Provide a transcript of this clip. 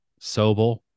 sobel